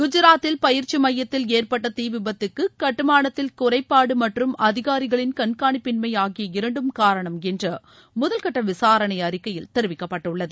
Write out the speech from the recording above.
குஜாத்தில் பயிற்சி மையத்தில் ஏற்பட்ட தீ விபத்துக்கு கட்டுமானத்தில் குறைபாடு மற்றும் அதிகாரிகளின் கண்காணிப்பின்மை ஆகிய இரண்டும் காரணம் என்று முதல்கட்ட விசாரணை அறிக்கையில் தெரிவிக்கப்பட்டுள்ளது